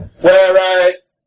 whereas